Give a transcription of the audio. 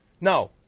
No